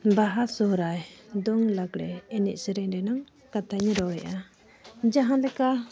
ᱵᱟᱦᱟ ᱥᱚᱦᱨᱟᱭ ᱫᱚᱝ ᱞᱟᱜᱽᱬᱮ ᱮᱱᱮᱡᱼᱥᱮᱨᱮᱧ ᱨᱮᱱᱟᱜ ᱠᱟᱛᱷᱟᱧ ᱨᱚᱦᱚᱭᱮᱫᱼᱟ ᱡᱟᱦᱟᱸ ᱞᱮᱠᱟ